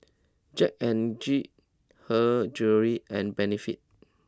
Jack N Jill Her Jewellery and Benefit